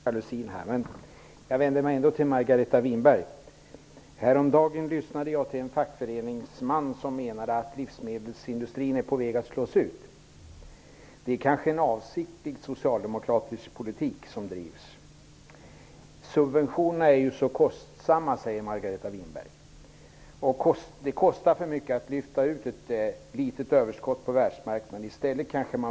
Herr talman! Jag vänder mig till Margareta Winberg. Häromdagen lyssnade jag på en fackföreningsman som menade att livsmedelsindustrin är på väg att slås ut. Det är kanske avsiktlig socialdemokratisk politik som drivs. Subventioner är så kostsamma, säger Margareta Winberg. Det kostar för mycket att lyfta ut ett litet överskott på världsmarknaden.